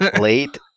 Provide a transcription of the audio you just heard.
late